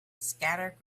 scattered